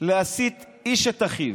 להסית איש את אחיו,